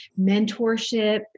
mentorship